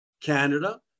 Canada